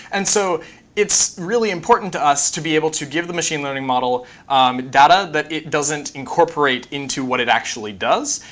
and so it's really important to us to be able to give the machine learning model data that it doesn't incorporate into what it actually does,